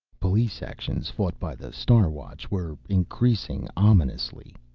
police actions fought by the star watch were increasing ominously.